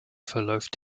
verläuft